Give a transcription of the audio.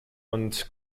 und